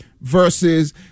versus